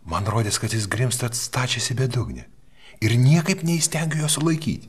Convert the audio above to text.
man rodės kad jis grimzta stačias į bedugnę ir niekaip neįstengiu jo sulaikyti